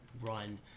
run